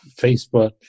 Facebook